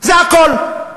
זה הכול.